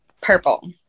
Purple